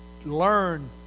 Learn